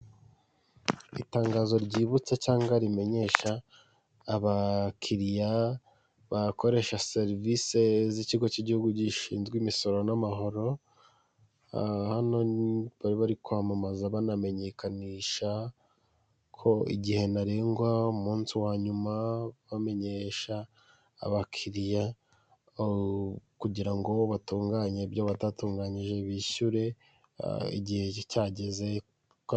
Itangazo ryibutsa cyangwa rimenyesha abakiriya bakoresha serivisi z'ikigo cy'igihugu gishinzwe imisoro n'amahoro hano bari bari kwamamaza banamenyekanisha ko igihe ntarengwa umunsi wa nyuma bamenyesha abakiriya kugira ngo batunganye ibyo batatunganyije bishyure igihe cyageze .